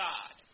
God